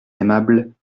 aimables